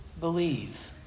believe